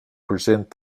present